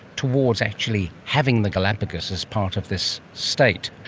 towards actually having the galapagos as part of this state,